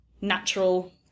natural